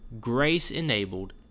grace-enabled